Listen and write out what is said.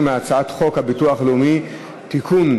על הצעת חוק הביטוח הלאומי (תיקון,